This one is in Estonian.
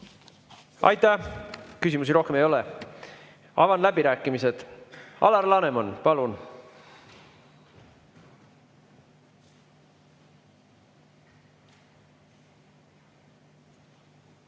Aitäh! Küsimusi rohkem ei ole. Avan läbirääkimised. Alar Laneman, palun!